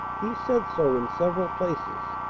he said so in several places.